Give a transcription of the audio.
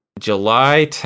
July